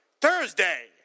Thursday